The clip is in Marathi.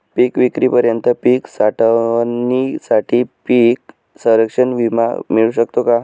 पिकविक्रीपर्यंत पीक साठवणीसाठी पीक संरक्षण विमा मिळू शकतो का?